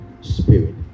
spirit